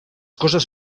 coses